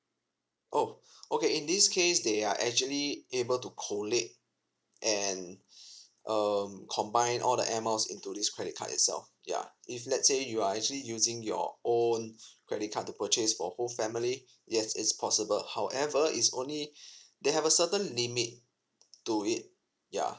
oh okay in this case they are actually able to collect and um combine all the air miles into this credit card itself ya if let's say you are actually using your own credit card to purchase for whole family yes is possible however is only they have a certain limit to it yeah